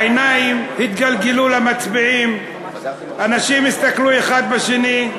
העיניים התגלגלו למצביעים, אנשים הסתכלו אחד בשני,